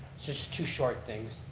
just two short things.